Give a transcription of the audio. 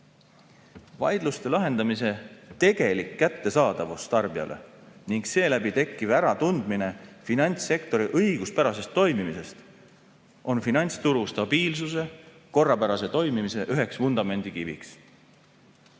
Vaidluste lahendamise tegelik kättesaadavus tarbijale ning seeläbi tekkiv äratundmine finantssektori õiguspärasest toimimisest on finantsturu stabiilsuse, korrapärase toimimise üks vundamendikivi.